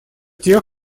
тех